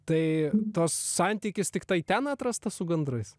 tai tas santykis tiktai ten atrastas su gandrais